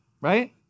right